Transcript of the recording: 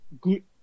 good